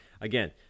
Again